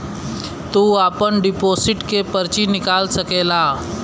तू आपन डिपोसिट के पर्ची निकाल सकेला